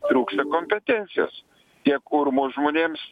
trūksta kompetencijos tiek urmo žmonėms